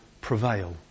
prevail